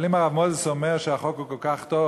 אבל אם הרב מוזס אומר שהחוק הוא כל כך טוב,